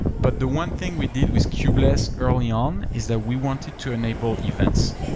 but the one thing we did with kubeless early on is that we wanted to enable events.